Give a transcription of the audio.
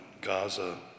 Gaza